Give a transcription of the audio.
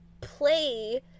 play